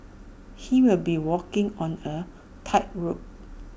he'll be walking on A tightrope